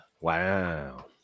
Wow